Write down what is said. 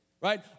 Right